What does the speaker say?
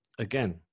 again